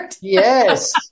Yes